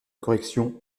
correction